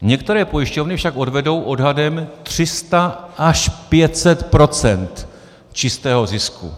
Některé pojišťovny však odvedou odhadem 300 až 500 procent čistého zisku.